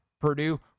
Purdue